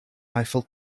eiffel